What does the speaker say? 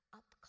up